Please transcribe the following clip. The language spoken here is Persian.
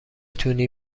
تونی